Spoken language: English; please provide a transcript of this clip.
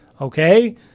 okay